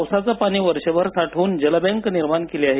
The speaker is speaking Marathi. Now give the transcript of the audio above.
पावसाचं पाणी वर्षभर साठवून जल बँक निर्माण केली आहे